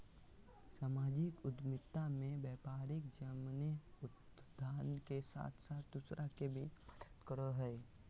सामाजिक उद्द्मिता मे व्यापारी अपने उत्थान के साथ साथ दूसर के भी मदद करो हय